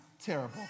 terrible